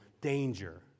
danger